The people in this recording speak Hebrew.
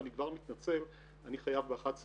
ואני כבר מתנצל, אני חייב לצאת ב-11:00.